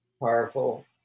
powerful